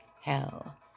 hell